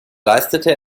leistete